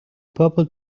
purple